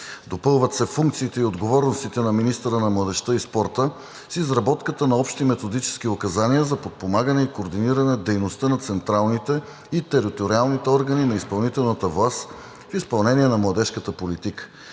Допълват се функциите и отговорностите на министъра на младежта и спорта с изработката на общи методически указания за подпомагане и координиране дейността на централните и териториалните органи на изпълнителната власт в изпълнение на младежката политика.